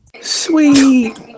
Sweet